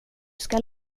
ska